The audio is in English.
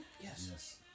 Yes